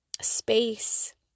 space